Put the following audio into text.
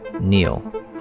Neil